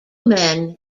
men